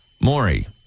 Maury